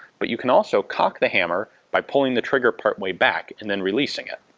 but you can also cock the hammer by pulling the trigger partway back and then releasing it,